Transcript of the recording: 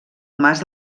mas